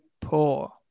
poor